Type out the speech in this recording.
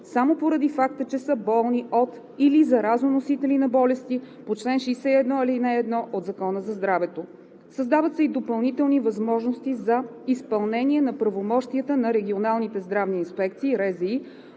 само поради факта, че са болни от или заразоносители на болести по чл. 61, ал. 1 от Закона за здравето. Създават се и допълнителни възможности за изпълнение на правомощията на регионалните здравни инспекции